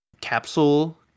capsule